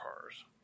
cars